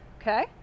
okay